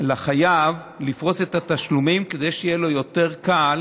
לחייב לפרוס את התשלומים כדי שיהיה לו יותר קל